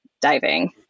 diving